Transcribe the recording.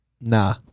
Nah